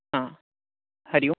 हा हरिः ओं